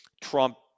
Trump